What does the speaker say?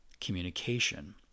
communication